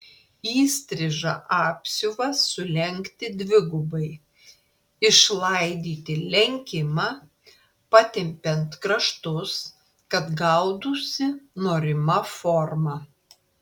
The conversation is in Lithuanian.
įstrižą apsiuvą sulenkti dvigubai išlaidyti lenkimą patempiant kraštus kad gautųsi norima forma